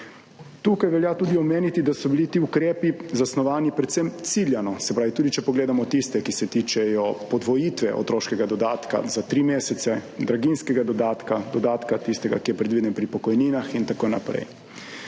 Tukaj velja tudi omeniti, da so bili ti ukrepi zasnovani predvsem ciljano, se pravi, tudi, če pogledamo tiste, ki se tičejo podvojitve otroškega dodatka za tri mesece, draginjskega dodatka, dodatka tistega, ki je predviden pri pokojninah in tako naprej.